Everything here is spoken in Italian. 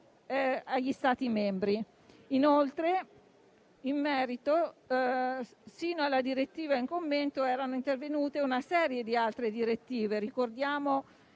agli Stati membri. Inoltre, in merito, fino alla direttiva in commento era intervenuta una serie di altre direttive: ricordiamo